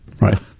Right